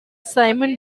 simone